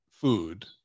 food